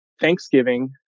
thanksgiving